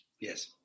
Yes